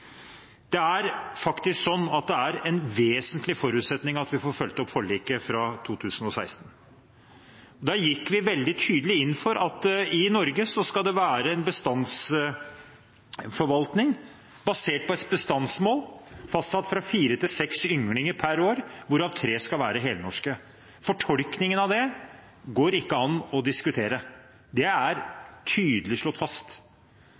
Det er en vesentlig forutsetning at vi får fulgt opp forliket fra 2016. Da gikk vi veldig tydelig inn for at det i Norge skal være en bestandsforvaltning basert på et bestandsmål fastsatt til fire–seks ynglinger per år, hvorav tre skal være helnorske. Fortolkningen av dette går det ikke an å diskutere. Det er tydelig slått fast.